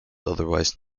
otherwise